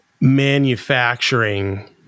manufacturing